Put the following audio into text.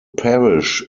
parish